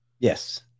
Yes